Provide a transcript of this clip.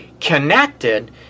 connected